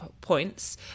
points